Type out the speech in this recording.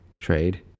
trade